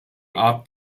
art